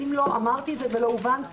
אולי לא אמרתי את זה ולא הובנתי.